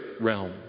realm